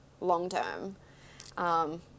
long-term